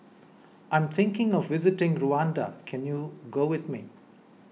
I'm thinking of visiting Rwanda can you go with me